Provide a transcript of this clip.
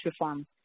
reform